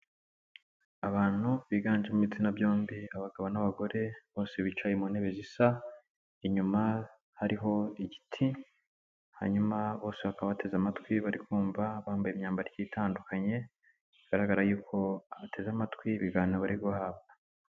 Abantu biganjemo ibitsina byombi. Abagabo n'abagore bose bicaye mu ntebe zisa inyuma hariho igiti, hanyuma bose bakaba bateze amatwi bari kumva bambaye imyambaro igiye itandukanye, bigaragara yuko bateze amatwi ibiganiro bari guhabwa.